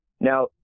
Now